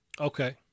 Okay